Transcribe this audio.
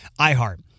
iHeart